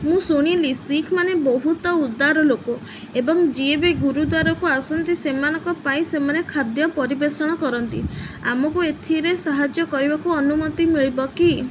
ମୁଁ ଶୁଣିଲି ଶିଖ୍ ମାନେ ବହୁତ ଉଦାର ଲୋକ ଏବଂ ଯିଏ ବି ଗୁରୁଦ୍ୱାରକୁ ଆସନ୍ତି ସେମାନଙ୍କ ପାଇଁ ସେମାନେ ଖାଦ୍ୟ ପରିବେଷଣ କରନ୍ତି ଆମକୁ ଏଥିରେ ସାହାଯ୍ୟ କରିବାକୁ ଅନୁମତି ମିଳିବ କି